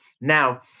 Now